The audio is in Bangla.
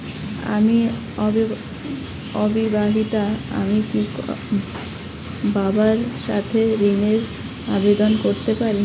আমি অবিবাহিতা আমি কি বাবার সাথে ঋণের আবেদন করতে পারি?